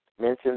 mentioned